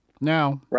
Now